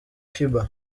cuba